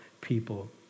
people